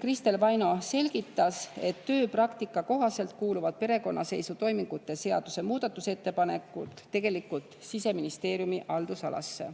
Kristel Vaino selgitas, et tööpraktika kohaselt kuuluvad perekonnaseisutoimingute seaduse muudatusettepanekud tegelikult Siseministeeriumi haldusalasse,